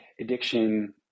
addiction